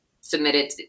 submitted